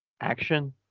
action